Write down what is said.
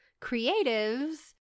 creatives